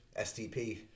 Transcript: STP